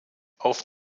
auf